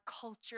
culture